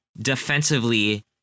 defensively